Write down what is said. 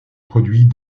produits